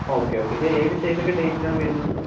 okay okay ഇത് ഏകദേശം ഏതൊക്കെ ഡേറ്റിലാണ് വരുന്നത്